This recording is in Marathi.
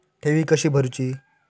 ठेवी कशी भरूची?